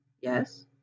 Yes